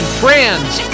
friends